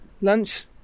lunch